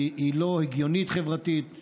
היא לא הגיונית חברתית,